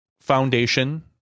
Foundation